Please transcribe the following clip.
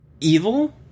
evil